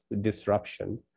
disruption